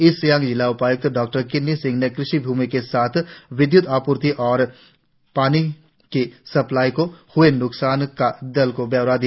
east Siang जिला उपाय्क्त डॉकिन्नी सिंह ने कृषि भूमि के साथ विद्य्त आपूर्ति और पानी की सप्लाई को ह्ए न्कसान का दल को ब्यौरा दिया